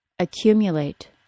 Accumulate